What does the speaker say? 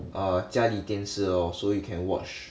err 家里电视 lor so you can watch